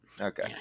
Okay